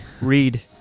Read